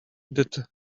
that